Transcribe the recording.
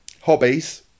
hobbies